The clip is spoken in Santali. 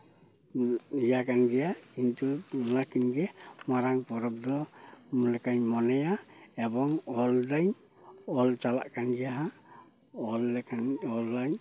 ᱤᱭᱟᱹ ᱠᱟᱱ ᱜᱮᱭᱟ ᱠᱤᱱᱛᱩ ᱱᱚᱣᱟ ᱠᱤᱱ ᱜᱮ ᱢᱟᱨᱟᱝ ᱯᱚᱨᱚᱵᱽ ᱫᱚ ᱞᱮᱠᱟᱧ ᱢᱚᱱᱮᱭᱟ ᱮᱵᱚᱝ ᱚᱞ ᱫᱟᱹᱧ ᱚᱞ ᱪᱟᱞᱟᱜ ᱠᱟᱱ ᱜᱮᱭᱟ ᱦᱟᱸᱜ ᱚᱞ ᱞᱮᱠᱷᱟᱱ ᱚᱞᱟᱹᱧ